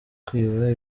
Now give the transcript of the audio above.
kwiba